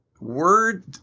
Word